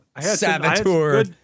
saboteur